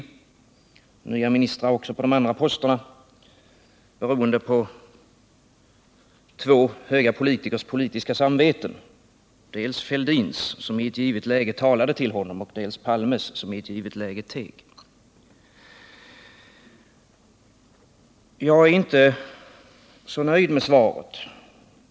Vi har fått nya ministrar också på andra poster beroende på två höga politikers politiska samveten: dels Thorbjörn Fälldins som i ett givet läge talade till honom, dels Olof Palmes som i ett givet läge teg. Jag är inte särskilt nöjd med svaret.